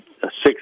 six